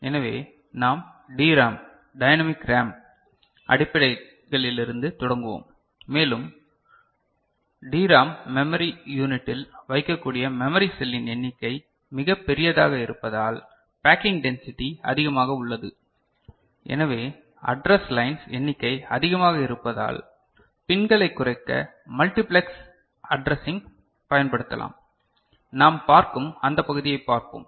எனவே நாம் DRAM dynamic RAM அடிப்படைகளிலிருந்து தொடங்குவோம் மேலும் டிரேம் மெமரி யூனிட்டில் வைக்கக்கூடிய மெமரி செல்லின் எண்ணிக்கை மிகப் பெரியதாக இருப்பதால் பேக்கிங் சென்சிடி அதிகமாக உள்ளது எனவே அட்ரஸ் லைனஸ் எண்ணிக்கை அதிகமாக இருப்பதால் பின்களை குறைக்க மல்டிபிளெக்ஸ் அட்ரஸிங் பயன்படுத்தலாம் நாம் பார்க்கும் அந்த பகுதியை பார்ப்போம்